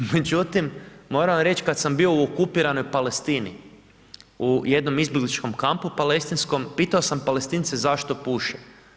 Međutim, moram vam reći kad sam bio u okupiranoj Palestini u jednom izbjegličkom kampu palestinskom, pitao sam Palestince zašto puše.